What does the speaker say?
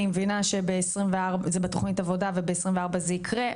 אני מבינה שזה בתוכנית עבודה ובשנת 2024 זה יקרה,